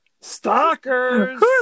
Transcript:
stalkers